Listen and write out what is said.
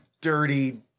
dirty